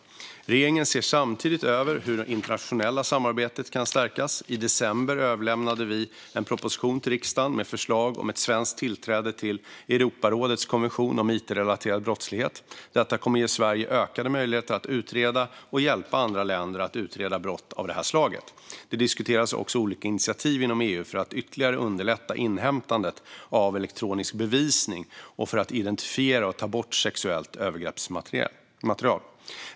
Regeringen ser samtidigt över hur det internationella samarbetet kan stärkas. I december överlämnade vi en proposition till riksdagen med förslag om ett svenskt tillträde till Europarådets konvention om it-relaterad brottslighet. Detta kommer att ge Sverige ökade möjligheter att utreda och hjälpa andra länder att utreda brott av det här slaget. Det diskuteras också olika initiativ inom EU för att ytterligare underlätta inhämtandet av elektronisk bevisning och för att identifiera och ta bort sexuellt övergreppsmaterial.